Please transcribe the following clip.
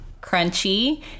crunchy